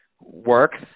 works